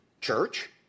Church